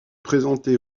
présenté